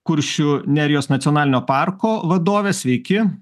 kuršių nerijos nacionalinio parko vadovė sveiki